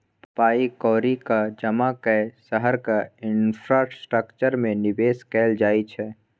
पाइ कौड़ीक जमा कए शहरक इंफ्रास्ट्रक्चर मे निबेश कयल जाइ छै